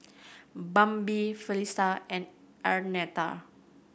Bambi Felicitas and Arnetta